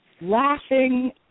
laughing